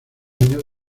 años